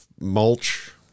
mulch